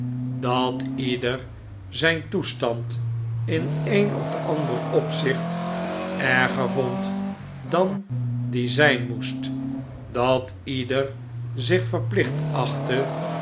dat ieder zijn toestand in een of ander opzicht erger vond dan die zijn moest dat ieder zich verplicht achtte